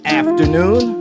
afternoon